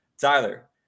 Tyler